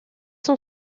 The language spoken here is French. sont